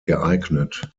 geeignet